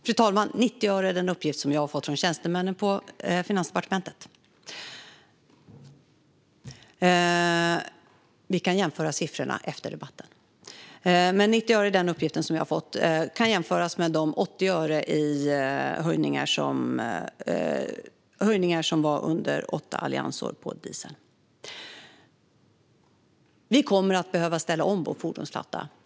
Fru talman! 90 öre är den uppgift som jag har fått från tjänstemännen på Finansdepartementet. Vi kan jämföra siffrorna efter debatten. 90 öre kan jämföras med de höjningar på 80 öre som skedde under åtta alliansår vad gäller diesel. Vi kommer att behöva ställa om vår fordonsflotta.